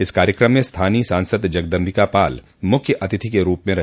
इस कार्यक्रम में स्थानीय सांसद जगदम्बिका पाल मुख्य अतिथि के रूप में रहे